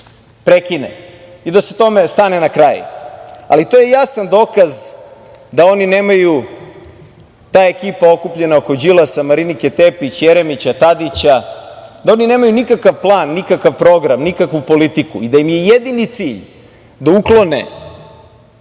prekine i da se tome stane na kraj. Ali, to je jasan dokaz, da oni nemaju, ta ekipa okupljena oko Đilasa, Marinike Tepić, Jeremića, Tadića, da oni nemaju nikakav plan, program, nikakvu politiku i da im je jedini cilj da uklone